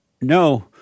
No